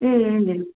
ம் ம் ம்